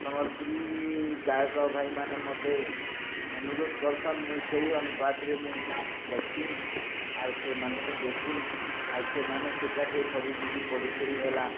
ସମ୍ବଲପୁରୀ ଗାୟକ ଭାଇମାନେ ମୋତେ ଅନୁରୋଧ କରୁଛନ ମୁଇଁ ସେଇ ଅନୁପାତରେ ମୁଇଁ ଲେଖସି ଆଉଛ ସେମାନଙ୍କୁ ଦେସି ଆଉ ସେମାନେ ସେଟାକେ ସବୁକିଛି ପଢ଼ି କରି ଗଲା